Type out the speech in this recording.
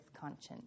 conscience